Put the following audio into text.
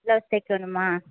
blouse தைக்கனும்மா